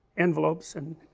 envelopes and,